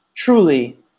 Truly